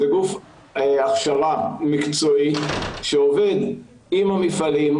זה גוף הכשרה מקצועי שעובד עם המפעלים,